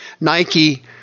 Nike